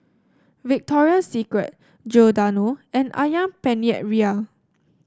Victoria Secret Giordano and ayam Penyet Ria